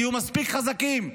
תהיו מספיק חזקים.